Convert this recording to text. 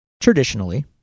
traditionally